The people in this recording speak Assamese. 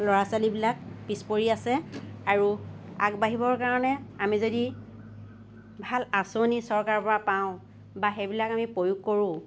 ল'ৰা ছোৱালীবিলাক পিছ পৰি আছে আৰু আগবাঢ়িবৰ কাৰণে আমি যদি ভাল আচনি চৰকাৰৰ পৰা পাওঁ বা সেইবিলাক আমি প্ৰয়োগ কৰোঁ